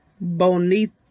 bonita